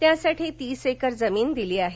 त्यासाठी तीस एकर जमीन दिली आहे